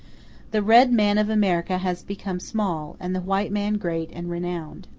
the red man of america has become small, and the white man great and renowned.